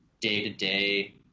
day-to-day